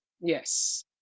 yes